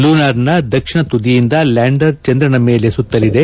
ಲೂನರ್ನ ದಕ್ಷಿಣ ತುದಿಯಿಂದ ಲ್ಯಾಂಡರ್ ಚಂದ್ರನ ಮೇಲೆ ಸುತ್ತಲಿದೆ